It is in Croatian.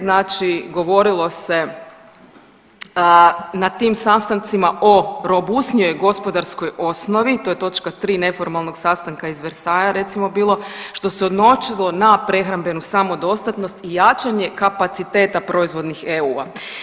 Znači govorilo se na tim sastancima o robusnijoj gospodarskoj osnovi, to je točka 3. neformalnog sastanka iz Versaillesa recimo bilo što se odnosilo na prehrambenu samodostatnost i jačanje kapaciteta proizvodnih EU.